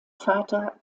vater